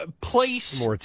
Place